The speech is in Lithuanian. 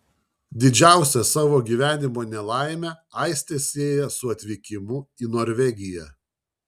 didžiausią savo gyvenimo nelaimę aistė sieja su atvykimu į norvegiją